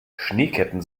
schneeketten